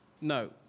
No